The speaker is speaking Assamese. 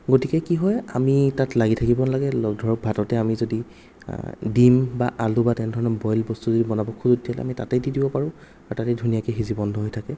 গতিকে কি হয় আমি তাত লাগি থাকিব নালাগে ধৰক ভাততে আমি যদি ডিম বা আলু বা তেনে ধৰণৰ বইল বস্তুটো যদি বনাব খোজো তেতিয়া হ'লে আমি তাতেই দি দিব পাৰোঁ আৰু তাতে ধুনীয়াকে সিজি বন্ধ হৈ থাকে